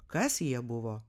kas jie buvo